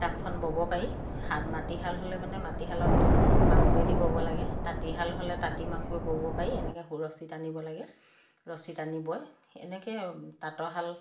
তাঁতখন ব'ব পাৰি শাল মাটিশাল হ'লে মানে মাটিশালত মাকোৱে দি ব'ব লাগে তাঁতীশাল হ'লে তাঁতী মাকোৱে ব'ব পাৰি এনেকৈ সৰু ৰছী টানিব লাগে ৰছী টানি বয় এনেকৈয়ে তাঁতৰ শাল